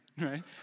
right